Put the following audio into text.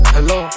Hello